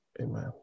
Amen